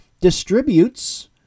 distributes